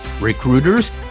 recruiters